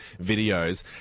videos